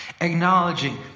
Acknowledging